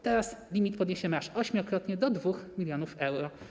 Teraz limit podniesiemy aż ośmiokrotnie, do 2 mln euro.